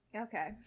Okay